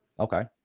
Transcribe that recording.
okay.